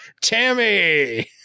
Tammy